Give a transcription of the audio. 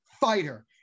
fighter